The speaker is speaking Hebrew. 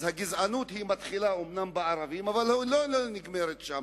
אז הגזענות מתחילה אומנם בערבים אבל לא נגמרת שם,